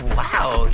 wow.